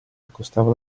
accostava